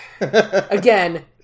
Again